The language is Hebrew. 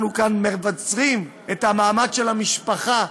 אנחנו כאן מבצרים את המעמד של המשפחה,